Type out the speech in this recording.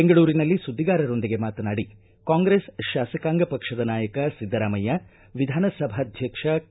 ಬೆಂಗಳೂರಿನಲ್ಲಿ ಸುದ್ದಿಗಾರರೊಂದಿಗೆ ಮಾತನಾಡಿ ಕಾಂಗ್ರೆಸ್ ಶಾಸಕಾಂಗ ಪಕ್ಷದ ನಾಯಕ ಸಿದ್ದರಾಮಯ್ಯ ವಿಧಾನಸಭಾಧಕ್ಷ ಕೆ